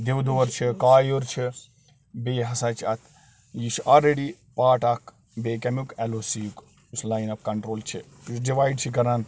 دِودور چھِ کایُر چھِ بیٚیہِ ہَسا چھِ اَتھ یہِ چھُ آلرٔڈی پارٹ اَکھ بیٚیہِ کَمیُک اٮ۪ل او سی یُک یُس لایِن آف کَنٹرول چھِ یُس ڈِوایِڈ چھِ کَران